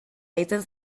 deitzen